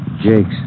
Jake's